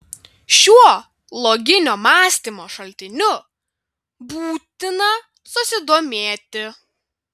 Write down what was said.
šiuo loginio mąstymo šaltiniu būtina susidomėti